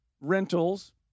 Rentals